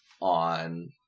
on